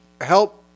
help